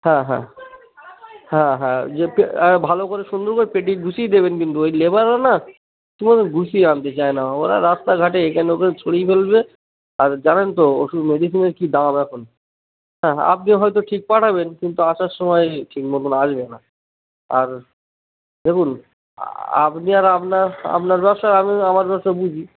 হ্যাঁ হ্যাঁ হ্যাঁ হ্যাঁ যে ভালো করে সুন্দর করে পেটটি গুছিয়েই দেবেন কিন্তু ওই লেবাররা না ঠিক মত গুছিয়ে আনতে চায় না ওরা রাস্তাঘাটে এখানে ওখানে ছড়িয়ে ফেলবে আর জানেন তো ওষুধ মেডিসিনের কি দাম এখন হ্যাঁ আপনি হয়তো ঠিক পাঠাবেন কিন্তু আসার সময় ঠিক মতন আসবে না আর দেখুন আপনি আর আপনার আপনার ব্যবসা আমি আমার ব্যবসা বুঝি